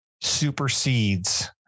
supersedes